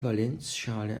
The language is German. valenzschale